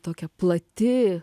tokia plati